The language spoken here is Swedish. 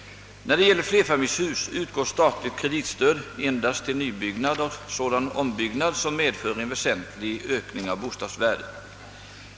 När det gäller flerfamiljshus utgår statligt kreditstöd endast till nybyggnad och sådan ombyggnad som medför en väsentlig ökning av bostadsvärdet.